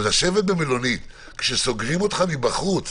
לשבת במלונית כשסוגרים אותך מבחוץ